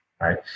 right